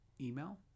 email